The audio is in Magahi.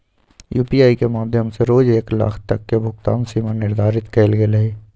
यू.पी.आई के माध्यम से रोज एक लाख तक के भुगतान सीमा निर्धारित कएल गेल हइ